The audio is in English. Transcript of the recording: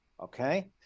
Okay